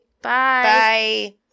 Bye